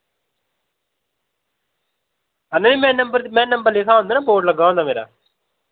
हां नेईं में नंबर में नंबर लिखा दा होंदा ना बोर्ड लग्गा होंदा मेरा